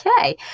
Okay